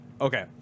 Okay